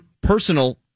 personal